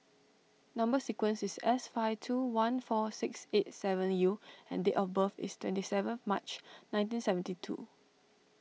Number Sequence is S five two one four six eight seven U and date of birth is twenty seven March nineteen seventy two